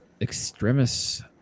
extremists